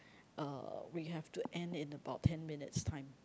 uh we have to end in about ten minutes time